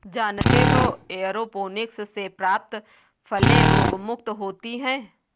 जानते हो एयरोपोनिक्स से प्राप्त फलें रोगमुक्त होती हैं